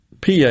PA